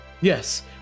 Yes